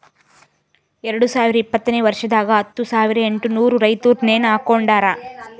ಎರಡು ಸಾವಿರ ಇಪ್ಪತ್ತನೆ ವರ್ಷದಾಗ್ ಹತ್ತು ಸಾವಿರ ಎಂಟನೂರು ರೈತುರ್ ನೇಣ ಹಾಕೊಂಡಾರ್